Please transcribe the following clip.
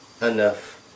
enough